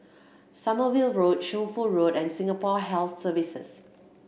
Sommerville Road Shunfu Road and Singapore Health Services